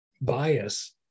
bias